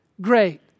great